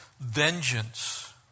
vengeance